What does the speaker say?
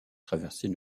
traversait